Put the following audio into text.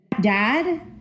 dad